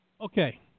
Okay